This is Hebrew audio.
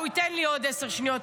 הוא ייתן לי עוד עשר שניות,